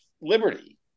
liberty